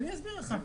אני אסביר לך.